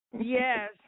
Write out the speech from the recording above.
Yes